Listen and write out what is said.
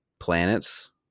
planets